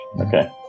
Okay